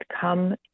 come